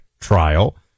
trial